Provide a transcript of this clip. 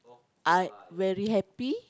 I very happy